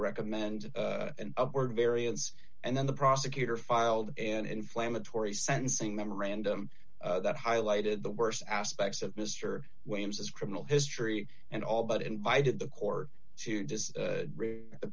recommend an upward variance and then the prosecutor filed an inflammatory sentencing memorandum that highlighted the worst aspects of mr williams his criminal history and all but invited the court to